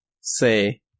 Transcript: say